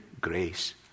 grace